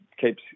keeps